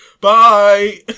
Bye